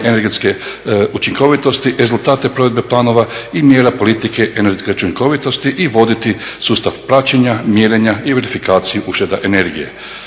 energetske učinkovitosti, rezultate provedbe planova i mjera politike energetske učinkovitosti, i voditi sustav praćenja, mjerenja i verifikaciju ušteda energije.